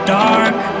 dark